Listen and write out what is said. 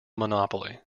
monopoly